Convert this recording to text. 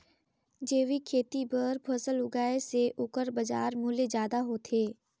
जैविक खेती बर फसल उगाए से ओकर बाजार मूल्य ज्यादा होथे